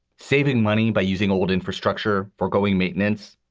saving money by using old infrastructure for going maintenance.